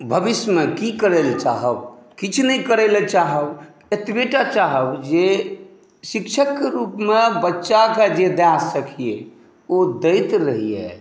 भविष्यमे की करैलए चाहब किछु नहि करैलए चाहब एतबेटा चाहब जे शिक्षकके रूपमे बच्चाके जे दऽ सकिए ओ दैत रहिए